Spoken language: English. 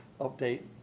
update